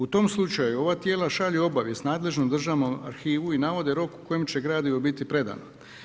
U tom slučaju ova tijela šalju obavijest nadležnom državnom arhivu i navode rok u kojem će gradivo biti predano.